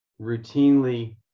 routinely